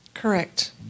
Correct